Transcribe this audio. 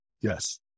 Yes